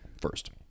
first